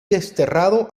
desterrado